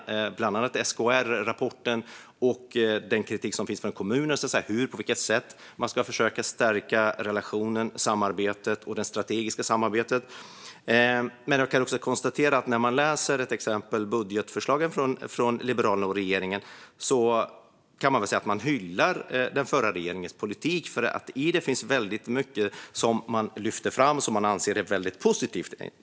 Det gäller bland annat SKR-rapporten och den kritik som finns från kommunerna när det gäller på vilket sätt man ska försöka stärka relationen och det strategiska samarbetet. Jag kan också konstatera när jag läser till exempel budgetförslagen från Liberalerna och regeringen att de hyllar den förra regeringens politik. Där finns väldigt mycket som de lyfter fram och som de anser är väldigt positivt.